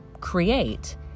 create